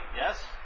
yes